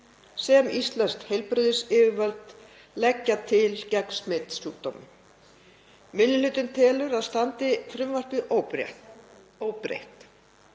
sem íslensk heilbrigðisyfirvöld leggja til gegn smitsjúkdómum. Minni hlutinn telur að standi frumvarpið óbreytt